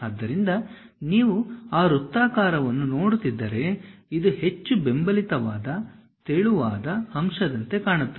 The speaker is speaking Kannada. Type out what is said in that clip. ಆದ್ದರಿಂದ ನೀವು ಆ ವೃತ್ತಾಕಾರವನ್ನು ನೋಡುತ್ತಿದ್ದರೆ ಇದು ಹೆಚ್ಚು ಬೆಂಬಲಿತವಾದ ತೆಳುವಾದ ಅಂಶದಂತೆ ಕಾಣುತ್ತದೆ